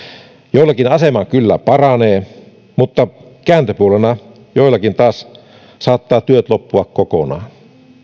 joillakin asema kyllä paranee mutta kääntöpuolena joillakin taas saattavat työt loppua kokonaan